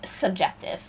subjective